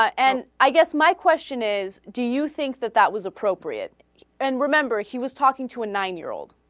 and i guess my question is do you think that that was appropriate and remember he was talking to a nine year old